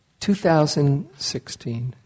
2016